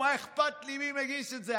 מה אכפת לי מי מגיש את זה,